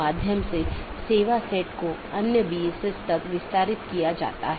प्रत्येक EBGP router अलग autonomous system में हैं